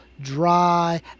dry